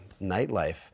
nightlife